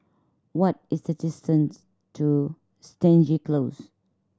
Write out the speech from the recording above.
what is the distance to Stangee Close